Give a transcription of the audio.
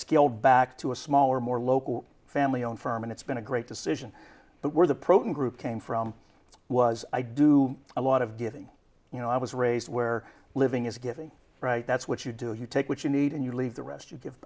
scaled back to a smaller more local family owned firm and it's been a great decision but where the protein group came from was i do a lot of giving you know i was raised where living is giving right that's what you do is you take what you need and you leave the rest you give